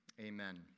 Amen